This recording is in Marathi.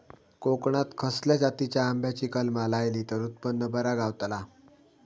कोकणात खसल्या जातीच्या आंब्याची कलमा लायली तर उत्पन बरा गावताला?